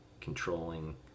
controlling